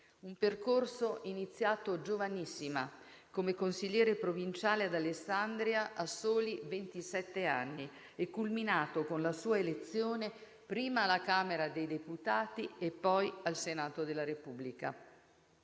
Un percorso iniziato giovanissima come consigliere provinciale ad Alessandria a soli ventisette anni e culminato con la sua elezione prima alla Camera dei deputati e poi al Senato della Repubblica.